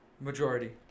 Majority